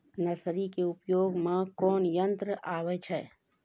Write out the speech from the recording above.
Nursery के उपयोग मे कोन यंत्र आबै छै?